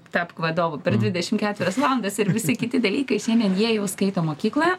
tapk vadovu per dvidešim keturias valandas ir visi kiti dalykai šiandien jie jau skaito mokykloje